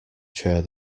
chair